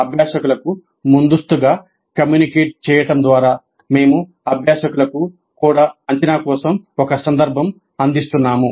అభ్యాసకులకు ముందస్తుగా కమ్యూనికేట్ చేయడం ద్వారా మేము అభ్యాసకులకు కూడా అంచనా కోసం ఒక సందర్భం అందిస్తున్నాము